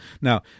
Now